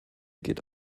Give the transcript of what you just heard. geht